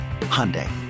Hyundai